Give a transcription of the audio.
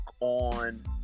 on